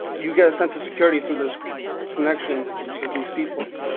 you get a sense of security through this connection cause these people